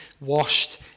washed